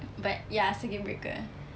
but ya circuit breaker